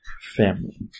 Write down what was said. family